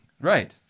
Right